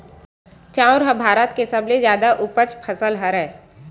चाँउर ह भारत के सबले जादा उपज फसल हरय